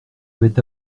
avait